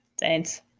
Thanks